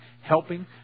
helping